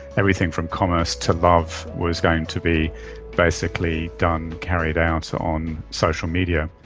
everything from commerce to love was going to be basically done carried out so on social media.